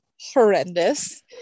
horrendous